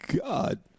God